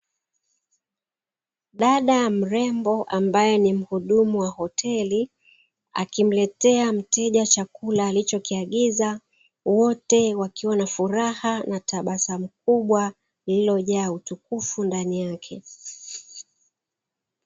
Dada mrembo amabaye ni muhudumu wa hoteli, akimletea mteja chakula alichokiagiza, wote wakiwa na furaha na tabasamu kubwa, lililojaa utukufu ndani yake.